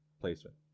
placement